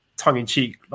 tongue-in-cheek